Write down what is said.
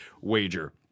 wager